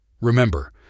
Remember